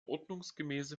ordnungsgemäße